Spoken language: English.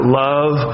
love